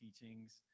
teachings